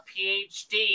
PhD